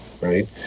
right